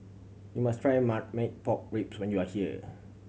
you must try marmite pork rib when you are here